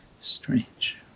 strange